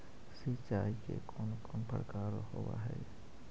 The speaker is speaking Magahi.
सिंचाई के कौन कौन प्रकार होव हइ?